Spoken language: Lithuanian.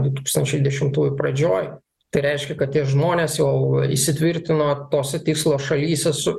du tūkstančiai dešimtųjų pradžioj tai reiškia kad tie žmonės jau įsitvirtino tose tikslo šalyse su